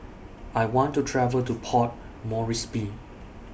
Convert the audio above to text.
I want to travel to Port Moresby